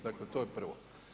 Dakle, to je prvo.